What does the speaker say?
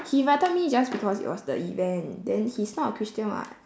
he invited me just because it was the event then he's not a christian [what]